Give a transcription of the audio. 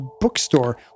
bookstore